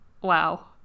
Wow